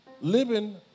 living